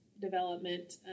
development